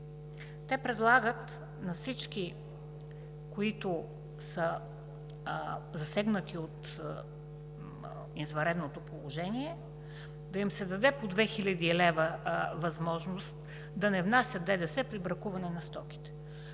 Те предлагат на всички, които са засегнати от извънредното положение, да им се даде по 2 хил. лв. – възможност да не внасят ДДС при бракуване на стоките.